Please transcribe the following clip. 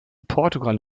portugal